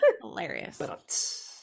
Hilarious